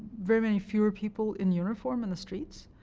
very many fewer people in uniform in the streets.